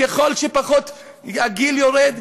ככל שהגיל יורד,